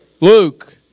Luke